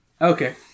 Okay